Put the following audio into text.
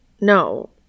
No